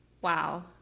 wow